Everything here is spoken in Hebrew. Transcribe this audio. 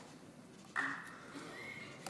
ההצהרה)